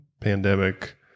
pandemic